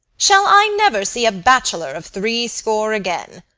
shall i never see a bachelor of threescore again?